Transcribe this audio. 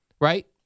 right